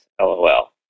LOL